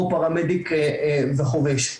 או פרמדיק וחובש.